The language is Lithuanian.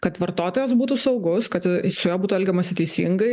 kad vartotojas būtų saugus kad su juo būtų elgiamasi teisingai